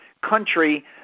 country